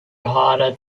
harder